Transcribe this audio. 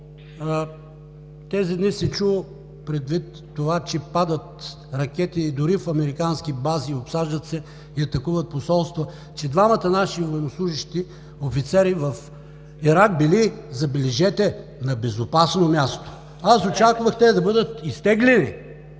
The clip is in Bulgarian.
тези дни се чу, предвид това, че падат ракети дори в американски бази, обсаждат и атакуват посолства, че двамата наши военнослужещи офицери в Ирак били, забележете, на безопасно място. (Председателят дава сигнал,